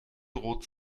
droht